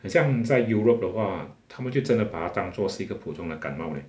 很像在 europe 的话他们就真的把它当作是一个普通的感冒 leh